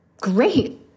great